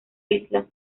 isla